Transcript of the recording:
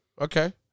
okay